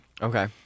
Okay